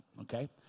Okay